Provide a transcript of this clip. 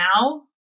now